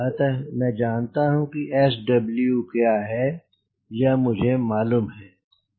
अतः मैं जनता हूँ SW क्या है यह मुझे मालूम है